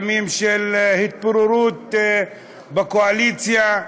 ימים של התפוררות בקואליציה.